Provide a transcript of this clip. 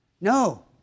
No